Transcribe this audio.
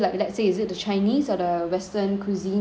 the chinese or the western cuisine [one]